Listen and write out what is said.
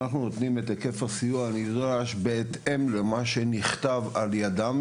אנחנו נותנים את היקף הסיוע הנדרש בהתאם למה שנכתב על ידם,